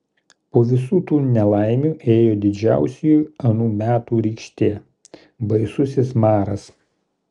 po visų tų nelaimių ėjo didžiausioji anų metų rykštė baisusis maras